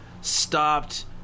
Stopped